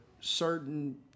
certain